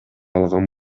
алган